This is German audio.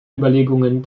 überlegungen